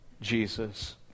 Jesus